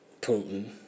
Putin